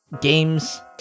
games